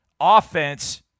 offense